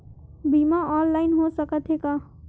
बीमा ऑनलाइन हो सकत हे का?